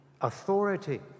authority